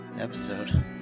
episode